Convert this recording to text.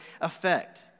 effect